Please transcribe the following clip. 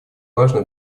важно